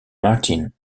martin